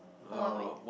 or one week